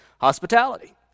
hospitality